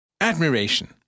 Admiration